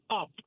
up